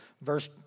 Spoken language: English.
verse